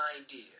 idea